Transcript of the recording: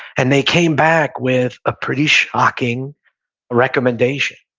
and they came back with a pretty shocking recommendation.